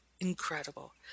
incredible